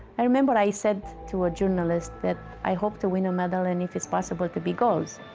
i remember i said to a journalist that i hope to win a medal and if it's possible to be gold.